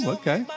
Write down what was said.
okay